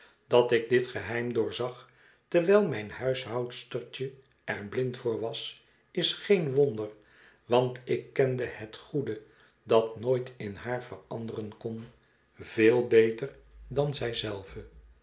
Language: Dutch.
dat ik dit geheim doorzag terwijl mijn huishoudstertje er blind voor was is geen wonder want ik kende het goede dat nooit in haar veranderen kon veel beter dan zij zelve